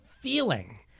feeling